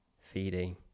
feeding